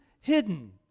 hidden